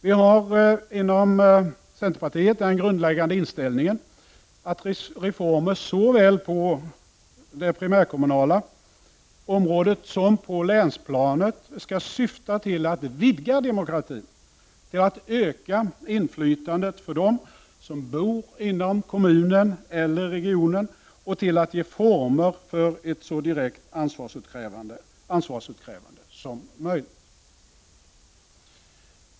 Vi har inom centerpartiet den grundläggande inställningen att reformer såväl på det primärkommunala området som på länsplanet skall syfta till att vidga demokratin, till att öka inflytandet för dem som bor inom kommunen eller regionen och till att ge former för ett så direkt ansvarsutkrävande som möjligt.